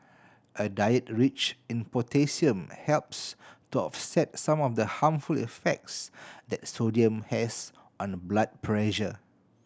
a diet rich in potassium helps to offset some of the harmful effects that sodium has on blood pressure